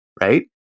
right